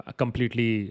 completely